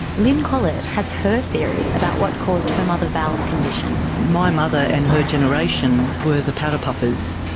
lyn collet has her theories about what caused her mother val's condition. my mother and her generation were the powder puffers.